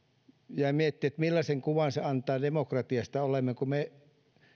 jäin miettimään millaisen kuvan se antaa demokratiasta olemmeko me